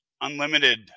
unlimited